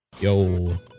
yo